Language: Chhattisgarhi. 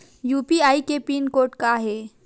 यू.पी.आई के पिन कोड का हे?